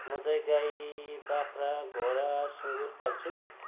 म चाहिँ गाई बाख्रा घोडा सुँगुर पाल्छु